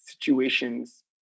situations